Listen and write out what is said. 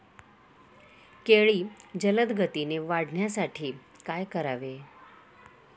केळी जलदगतीने वाढण्यासाठी काय करावे?